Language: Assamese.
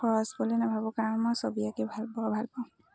খৰচ বুলি নাভাবোঁ কাৰণ মই ছবীয়াকে ভাল পওঁ ভাল পাওঁ